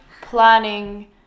planning